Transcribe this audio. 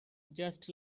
just